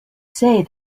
say